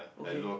okay